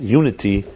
unity